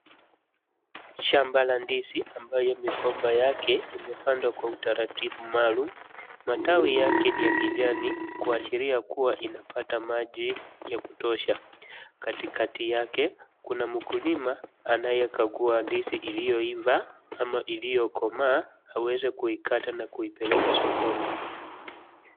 Shamba la ndizi ambayo migomba yake jmepandwa kwa utaratibu maalumu. Matawi yake ni ya kijani kuashiria kuwa inapata maji ya kutosha. Katikati yake, kuna mkulima anayekagua ndizi iliyoiva ama iliyokomaa aweze kuikata na kuipeleka sokoni.